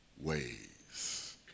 ways